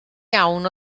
iawn